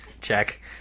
check